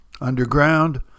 Underground